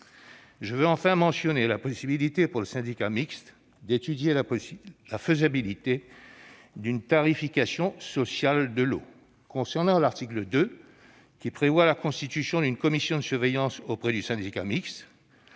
Je veux enfin mentionner la possibilité, pour le syndicat mixte, d'étudier la faisabilité d'une tarification sociale de l'eau. Concernant l'article 2, qui prévoit la constitution d'une commission de surveillance auprès du syndicat mixte,